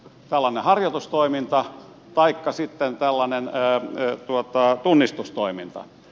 tällaiseen harjoitustoimintaan taikka sitten tällaiseen tunnistustoimintaan